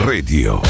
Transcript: Radio